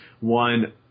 one